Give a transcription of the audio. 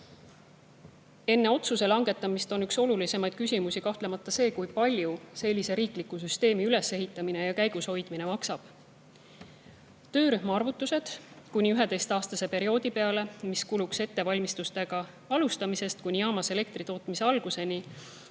Enne otsuse langetamist on üks olulisemaid küsimusi kahtlemata see, kui palju sellise riikliku süsteemi ülesehitamine ja käigushoidmine maksab. Töörühma arvutuste järgi kuni 11 aasta kohta, mis kuluks ettevalmistuste alustamisest kuni jaamas elektri tootmise alguseni,